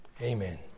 Amen